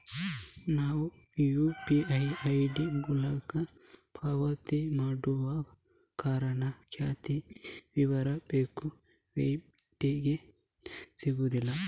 ನಾವು ಯು.ಪಿ.ಐ ಐಡಿ ಮೂಲಕ ಪಾವತಿ ಮಾಡುವ ಕಾರಣ ಖಾತೆಯ ವಿವರ ಬೇರೆ ವೆಬ್ಸೈಟಿಗೆ ಸಿಗುದಿಲ್ಲ